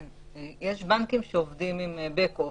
יש בנקים שעובדים עם בק אופיס.